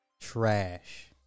Trash